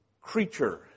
creature